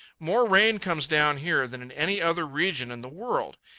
more rain comes down here than in any other region in the world.